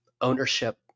ownership